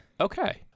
Okay